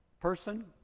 person